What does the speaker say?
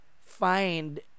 find